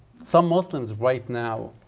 some muslims right now,